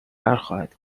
برخواهد